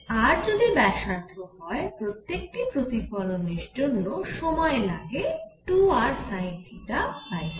r যদি ব্যাসার্ধ হয় প্রত্যেকটি প্রতিফলনের জন্য সময় লাগে 2rsinθc